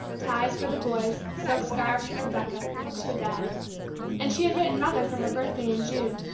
ties for the boys, silk scarves for rebecca, books for dad and she had written mother for her birthday in june,